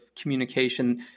communication